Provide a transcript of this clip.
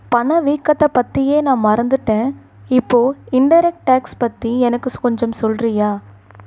பண வீக்கத்தை பற்றியே நான் மறந்துவிட்டேன் இப்போது இன்டைரக்ட் டேக்ஸ் பற்றி எனக்கு கொஞ்சம் சொல்கிறியா